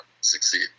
succeed